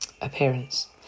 appearance